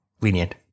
lenient